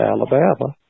Alabama